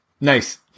Nice